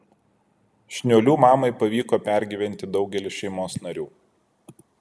šniuolių mamai pavyko pergyventi daugelį šeimos narių